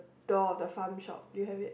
door of the farm shop do you have it